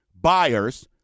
buyers